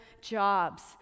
jobs